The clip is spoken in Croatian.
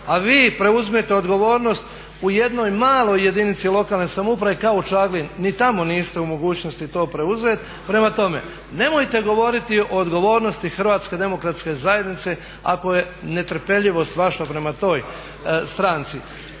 a vi preuzmite odgovornost u jednoj maloj jedinici lokalne samouprave kao Čaglin. Ni tamo niste u mogućnosti to preuzeti. Prema tome, nemojte govoriti o odgovornosti Hrvatske demokratske zajednice ako je netrpeljivost vaša prema toj stranci.